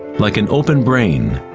like an open brain,